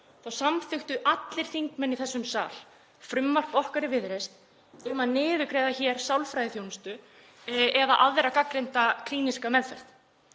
samþykktu allir þingmenn í þessum sal frumvarp okkar í Viðreisn um að niðurgreiða hér sálfræðiþjónustu eða aðra gagnreynda klíníska meðferð.